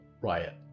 Riot